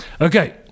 Okay